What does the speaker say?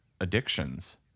addictions